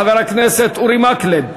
חבר הכנסת אורי מקלב,